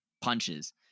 punches